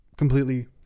completely